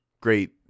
great